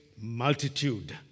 multitude